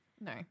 No